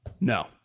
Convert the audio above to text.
No